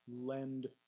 lend